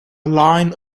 line